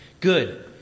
good